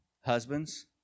Husbands